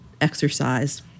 exercise